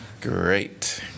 Great